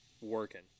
working